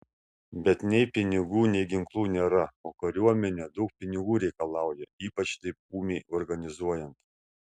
bet nei pinigų nei ginklų nėra o kariuomenė daug pinigų reikalauja ypač taip ūmiai organizuojant